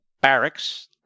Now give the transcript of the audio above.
barracks